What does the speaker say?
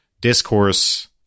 discourse